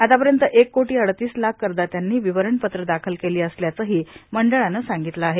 आतापर्यंत एक कोटी अडोतीस लाख करदात्यांनी विवरणपत्र दाखल केली असल्याचंही मंडळानं सांगितलं आहे